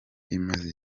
imaze